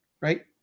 Right